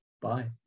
Bye